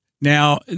Now